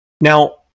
Now